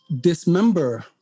dismember